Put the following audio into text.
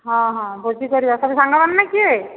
ହଁ ହଁ ଭୋଜି କରିବା ସବୁ ସାଙ୍ଗମାନେ ନା କିଏ